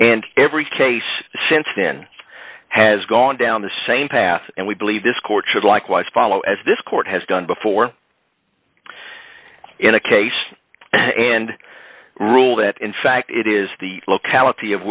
and every case since then has gone down the same path and we believe this court should likewise follow as this court has done before in a case and rule that in fact it is the locality of